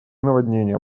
наводнения